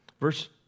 verse